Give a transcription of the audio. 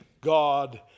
God